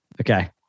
Okay